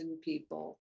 people